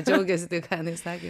džiaugėsi tai ką jinai sakė